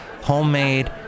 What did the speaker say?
homemade